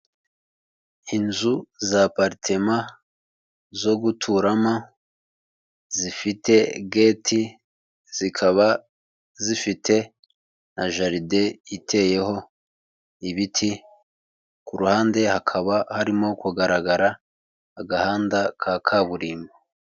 Inzu za aparitema zo guturamo zifite geti, zikaba zifite na jaride iteyeho ibiti, ku ruhande hakaba harimo kugaragara agahanda ka kaburimbo.